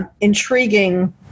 intriguing